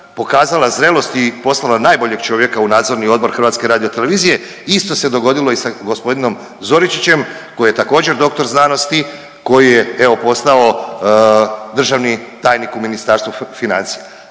pokazala zrelost i poslala najboljeg čovjeka u Nadzorni odbor HRT-a, isto se dogodilo i sa g. Zoričićem koji je također doktor znanosti, koji je evo postao državni tajnik u Ministarstvu financija.